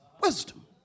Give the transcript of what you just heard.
wisdom